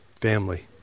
family